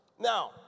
Now